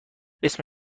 اسم